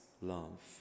love